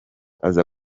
aza